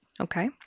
Okay